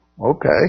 okay